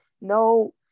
no